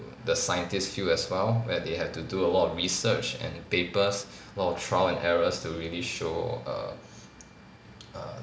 the scientist field as well where they had to do a lot of research and papers a lot of trial and errors to really show err err